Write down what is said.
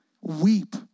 Weep